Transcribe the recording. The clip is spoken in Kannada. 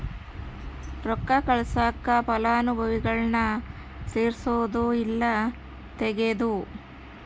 ರೊಕ್ಕ ಕಳ್ಸಾಕ ಫಲಾನುಭವಿಗುಳ್ನ ಸೇರ್ಸದು ಇಲ್ಲಾ ತೆಗೇದು